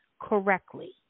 correctly